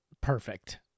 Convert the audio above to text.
perfect